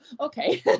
Okay